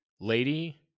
Lady